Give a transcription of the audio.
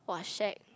!wah! shag